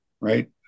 Right